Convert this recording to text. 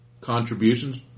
contributions